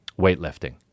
weightlifting